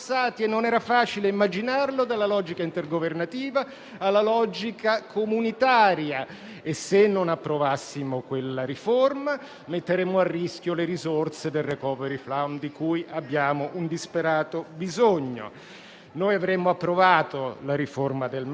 Noi avremmo approvato la riforma del MES perché è comunque meglio del MES originario, e se non passasse tale riforma ci troveremmo con il MES delle origini.